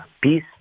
peace